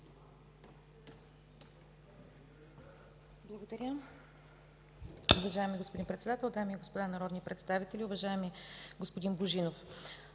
Благодаря.